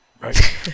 Right